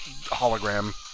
hologram